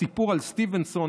הסיפור על סטיבנסון,